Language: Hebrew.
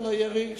נגיע גם לירי.